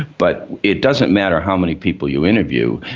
but it doesn't matter how many people you interview,